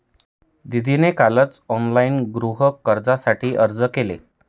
दीदीने कालच ऑनलाइन गृहकर्जासाठी अर्ज केला